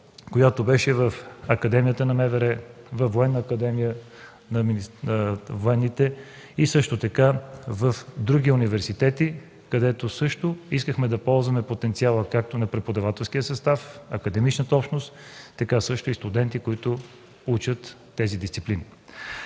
дискусия в Академията на МВР, във Военна академия, също така в други университети, където искахме да ползваме потенциала както на преподавателския състав, на академичната общност, така и на студенти, които учат тези дисциплини.